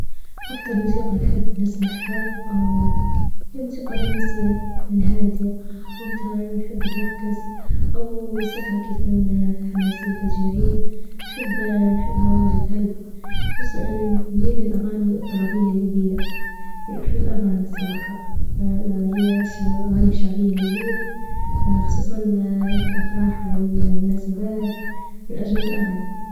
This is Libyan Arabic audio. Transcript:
أكتر موسيقى نحب نسمعها أو هي الموسيقى الرومانسية الهادية وجتها نحب نركز أو موسيقى هكي تكون حماسية تشجيعية، نحب نحبها واجد هلبا، خصوصا إن إحنا نميل للأغاني الطربية الليبية من أحلى الأغاني الصراحة، لأن هي الش الأغاني الشعبية الليبية خصوصا في الأفراح والمناسبات من أجمل الأغاني.